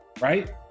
right